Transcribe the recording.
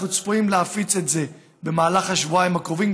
צפוי שנפיץ את זה במהלך השבועיים הקרובים.